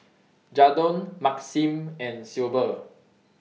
Jadon Maxim and Silver